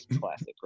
classic